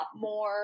more